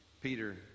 Peter